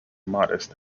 modest